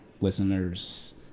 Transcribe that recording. listeners